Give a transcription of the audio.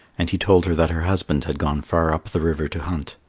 and he told her that her husband had gone far up the river to hunt.